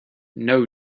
know